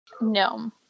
no